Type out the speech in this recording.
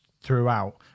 throughout